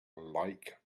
like